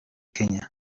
kenya